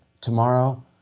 tomorrow